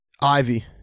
Ivy